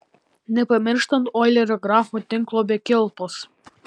nepamirštant oilerio grafo tinklo be kilpos